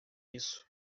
isso